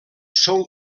són